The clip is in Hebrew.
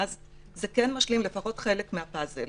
ואז זה כן משלים לפחות חלק מהפאזל.